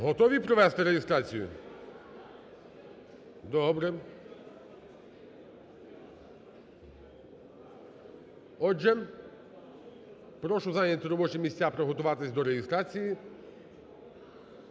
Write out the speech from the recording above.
Готові провести реєстрацію? Добре. Отже, прошу зайняти робочі місця, приготуватись до реєстрації.